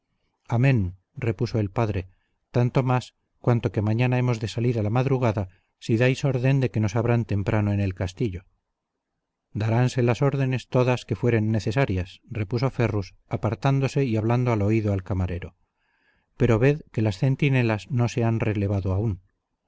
amen repuso el padre tanto más cuanto que mañana hemos de salir a la madrugada si dais orden de que nos abran temprano en el castillo daránse las órdenes todas que fueren necesarias repuso ferrus apartándose y hablando al oído al camarero pero ved que las centinelas no se han relevado aún